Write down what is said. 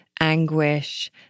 anguish